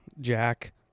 Jack